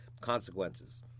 consequences